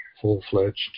full-fledged